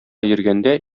йөргәндә